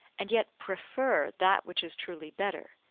and yet prefer that which is truly better,